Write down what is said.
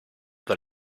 that